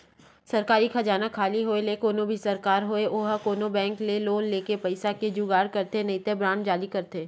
सरकारी खजाना खाली होय ले कोनो भी सरकार होय ओहा कोनो बेंक ले लोन लेके पइसा के जुगाड़ करथे नइते बांड जारी करथे